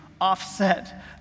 offset